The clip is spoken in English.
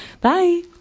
Bye